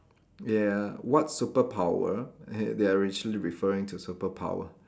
ya what superpower they they are literally referring to superpower